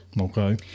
Okay